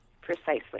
Precisely